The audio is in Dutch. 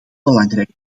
belangrijk